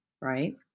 right